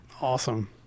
Awesome